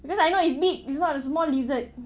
because I know it's big it's not a small lizard